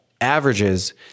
averages